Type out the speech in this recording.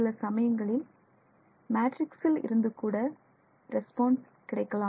சில சமயங்களில் மேட்ரிக்சில் இருந்துகூட ரெஸ்பான்ஸ் கிடைக்கலாம்